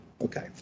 okay